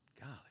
Golly